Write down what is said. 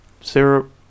Syrup